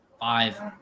five